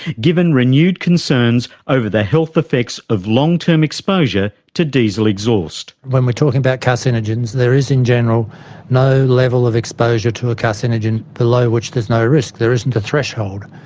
given renewed concerns over the health effects of long-term exposure to diesel exhaust. when we're talking about carcinogens there is in general no level of exposure to a carcinogen below which there is no risk. there isn't a threshold.